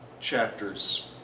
chapters